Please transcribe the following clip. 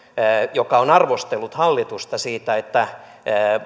joka on arvostellut hallitusta siitä että